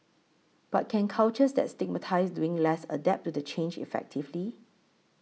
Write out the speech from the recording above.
but can cultures that stigmatise doing less adapt to the change effectively